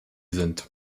sind